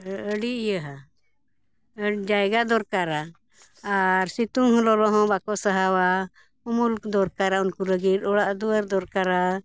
ᱟᱹᱰᱤ ᱤᱭᱟᱹ ᱡᱟᱭᱜᱟ ᱫᱚᱨᱠᱟᱨᱟ ᱟᱨ ᱥᱤᱛᱩᱝ ᱞᱚᱞᱚ ᱦᱚᱸ ᱵᱟᱠᱚ ᱥᱟᱦᱟᱣᱟ ᱩᱢᱩᱞ ᱠᱚ ᱫᱚᱨᱠᱟᱨᱟ ᱩᱱᱠᱩ ᱞᱟᱹᱜᱤᱫ ᱚᱲᱟᱜ ᱫᱩᱣᱟᱹᱨ ᱫᱚᱨᱠᱟᱨᱟ